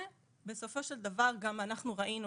ובסופו של דבר, גם אנחנו ראינו